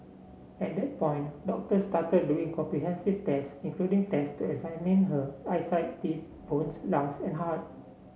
at that point doctors started doing comprehensive tests including tests to examine her eyesight teeth bones lungs and heart